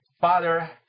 Father